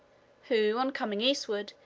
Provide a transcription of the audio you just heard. who, on coming eastward,